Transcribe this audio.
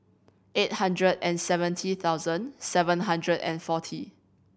eight hundred and seventy thousand seven hundred and forty